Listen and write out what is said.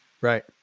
Right